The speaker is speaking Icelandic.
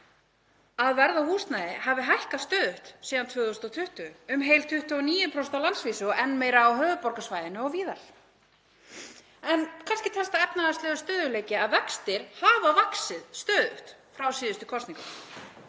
að verð á húsnæði hafi hækkað stöðugt síðan 2020, um heil 29% á landsvísu og enn meira á höfuðborgarsvæðinu og víðar. Kannski telst það efnahagslegur stöðugleiki að vextir hafi hækkað stöðugt frá síðustu kosningum,